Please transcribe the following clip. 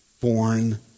born